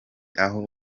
aho